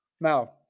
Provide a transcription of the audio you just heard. Now